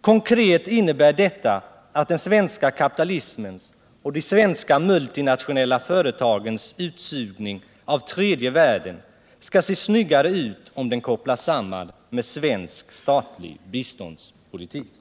Konkret innebär detta att den svenska kapitalismens och de svenska multinationella företagens utsugning av tredje världen skall se snyggare ut, om den kopplas samman med svensk statlig biståndspolitik.